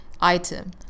item